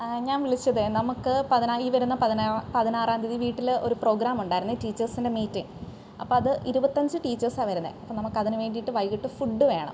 ഞാൻ വിളിച്ചത് നമുക്ക് ഈ വരുന്ന പതിനാറാം തീയതി വീട്ടിൽ ഒരു പ്രോഗ്രാമുണ്ടായിരുന്നു ടീച്ചേഴ്സിൻ്റെ മീറ്റിങ്ങ് അപ്പം അത് ഇരുപത്തഞ്ച് ടീച്ചേഴ്സാണ് വരുന്നത് അപ്പം നമക്കതിന് വേണ്ടീട്ട് വൈകിട്ട് ഫുഡ് വേണം